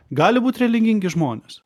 gali būt religingi žmonės